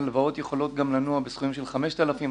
הלוואות יכולות גם לנוע בסכומים של 5,000 ש"ח,